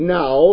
now